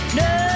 no